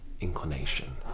inclination